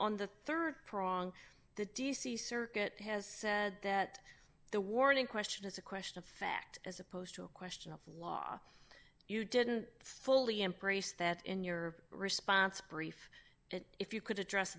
on the rd prong the d c circuit has said that the warning question is a question of fact as opposed to a question of law you didn't fully embrace that in your response brief and if you could address